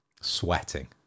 sweating